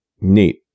Neat